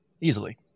easily